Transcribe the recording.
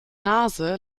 nase